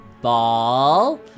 Ball